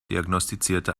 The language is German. diagnostizierte